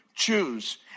choose